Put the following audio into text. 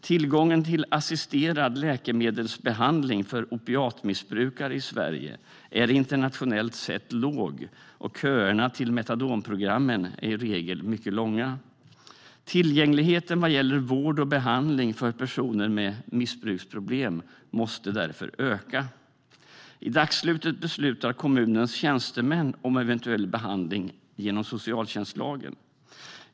Tillgången till assisterad läkemedelsbehandling för opiatmissbrukare i Sverige är internationellt sett låg, och köerna till metadonprogrammen är i regel mycket långa. Tillgängligheten vad gäller vård och behandling för personer med missbruksproblem måste därför öka. I dagsläget beslutar kommunens tjänstemän om eventuell behandling genom socialtjänstlagen.